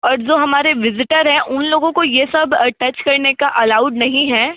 और जो हमारे विज़िटर है उन लोगों को ये सब टच करने का अलाउड नहीं है